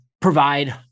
provide